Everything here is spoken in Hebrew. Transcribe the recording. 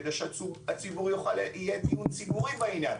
כדי שיהיה דיון ציבורי בעניין.